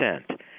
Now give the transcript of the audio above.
percent